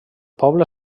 poble